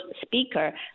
speaker